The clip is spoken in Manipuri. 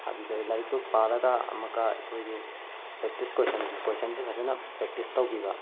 ꯑꯗꯨꯗ ꯂꯥꯏꯔꯤꯛꯇꯨ ꯄꯥꯔꯒ ꯑꯃꯨꯛꯀ ꯑꯩꯈꯣꯏꯒꯤ ꯄ꯭ꯔꯦꯛꯇꯤꯁ ꯀ꯭ꯋꯦꯁꯟꯁꯦ ꯀ꯭ꯋꯦꯁꯟꯁꯦ ꯐꯖꯅ ꯄ꯭ꯔꯦꯛꯇꯤꯁ ꯇꯧꯕꯤꯕ